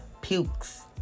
pukes